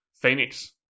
Phoenix